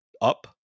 up